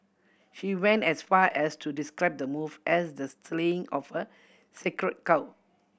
she went as far as to describe the move as the slaying of a sacred cow